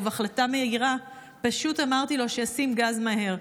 ובהחלטה מהירה פשוט אמרתי לו שישים גז מהר.